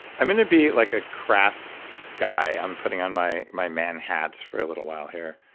i'm going to be like a crass guy. i'm putting on my my man hat for a little while here.